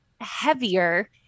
heavier